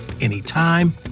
anytime